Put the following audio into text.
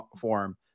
form